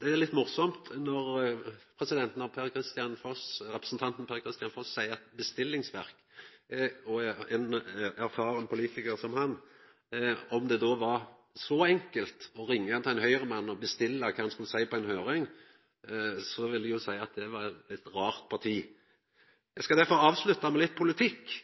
det er litt morosamt at representanten Per-Kristian Foss snakkar om bestillingsverk, ein erfaren politikar som han. Om det var så enkelt å ringja til ein Høgre-mann og bestilla kva ein skulle seia på ei høyring, så ville eg seia at det var eit rart parti. Eg skal derfor avslutta med litt politikk,